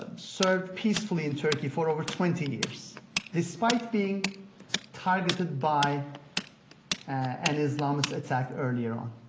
served peacefully in turkey for over twenty years despite being targeted by an islamist attack earlier on.